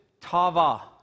tava